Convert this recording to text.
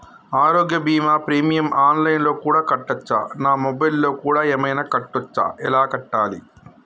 ఆరోగ్య బీమా premium online లో కూడా కట్టచ్చా? నా మొబైల్లో కూడా ఏమైనా కట్టొచ్చా? ఎలా కట్టాలి?